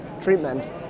treatment